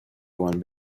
one